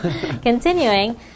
Continuing